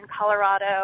Colorado